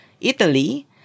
italy